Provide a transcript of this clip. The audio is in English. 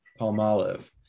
Palmolive